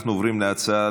אנחנו עוברים להצעות